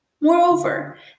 Moreover